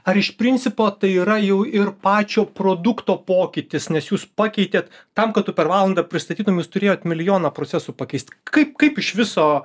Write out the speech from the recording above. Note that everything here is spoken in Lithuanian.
ar iš principo tai yra jau ir pačio produkto pokytis nes jūs pakeitėt tam kad tu per valandą pristatytum jūs turėjot milijoną procesų pakeist kaip kaip iš viso